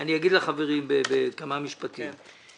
אני אגיד לחברים בכמה משפטים.